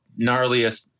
gnarliest